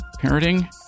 Parenting